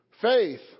Faith